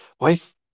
Wife